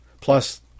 Plus